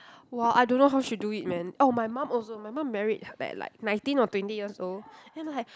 !wah! I don't know how she do it man oh my mum also my mum married at like nineteen or twenty years old then like